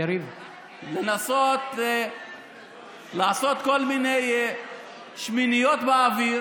לנסות לעשות כל מיני שמיניות באוויר